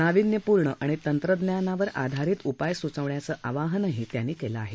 नाविन्यपूर्ण आणि तंत्रज्ञानावर आधारित उपाय सूचवण्याचं आवाहनंही त्यांनी केलं आहे